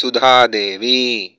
Sudha Devi